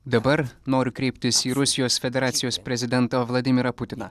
dabar noriu kreiptis į rusijos federacijos prezidentą vladimirą putiną